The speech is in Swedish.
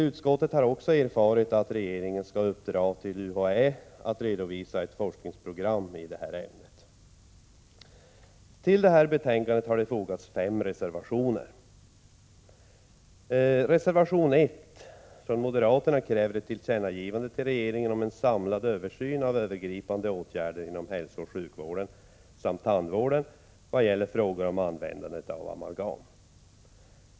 Utskottet har vidare erfarit att regeringen skall uppdra åt UHÄ att redovisa ett program för forskning i ämnet. Till betänkandet har fogats fem reservationer. I reservation 1 kräver moderaterna ett tillkännagivande till regeringen om en samlad översyn av övergripande åtgärder inom hälsooch sjukvården samt tandvården vad gäller användandet av amalgam.